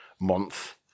month